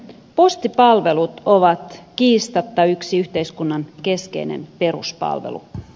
postipalvelut ovat kiistatta yksi yhteiskunnan keskeinen peruspalvelu